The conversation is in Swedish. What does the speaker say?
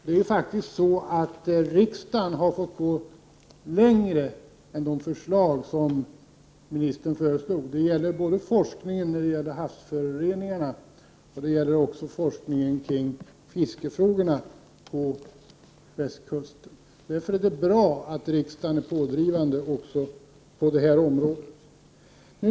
Det är faktiskt så att riksdagen har fått gå längre än de förslag som ministern lade fram. Det gäller både forskning beträffande havsföroreningar och forskningen kring fiskefrågorna på västkusten. Därför är det bra att riksdagen är pådrivande också på detta område.